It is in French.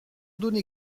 donné